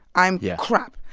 i'm yeah crap.